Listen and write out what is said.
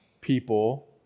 people